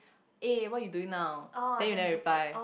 eh what you doing now then you never reply